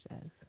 says